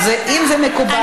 אז אם זה מקובל.